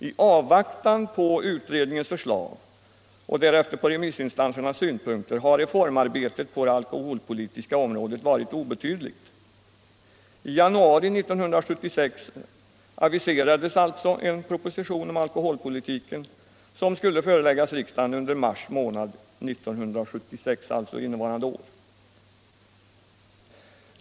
I avvaktan på utredningens förslag och därefter på remissinstansernas synpunkter har reformarbetet på det alkoholpolitiska området varit obetydligt. I januari 1976 aviserades alltså att en proposition om alkoholpolitiken skulle föreläggas riksdagen i mars månad samma år.